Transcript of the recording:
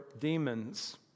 demons